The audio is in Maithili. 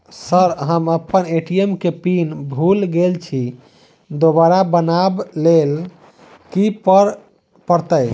सर हम अप्पन ए.टी.एम केँ पिन भूल गेल छी दोबारा बनाब लैल की करऽ परतै?